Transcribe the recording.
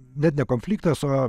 net ne konfliktas o